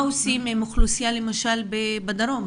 מה עושים עם אוכלוסייה למשל בדרום,